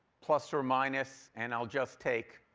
plus or minus, and i'll just take